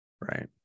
Right